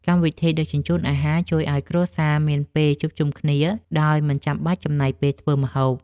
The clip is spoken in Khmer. កម្មវិធីដឹកជញ្ជូនអាហារជួយឱ្យគ្រួសារមានពេលជួបជុំគ្នា ដោយមិនបាច់ចំណាយពេលធ្វើម្ហូប។